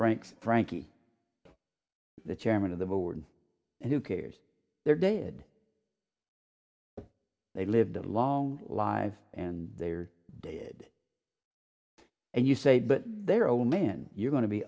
ranks frankie the chairman of the board and who cares they're dead they lived a long life and they're dead and you say but their own man you're going to be